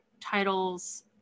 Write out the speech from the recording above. titles